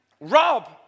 Rob